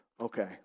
Okay